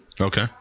Okay